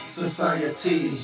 society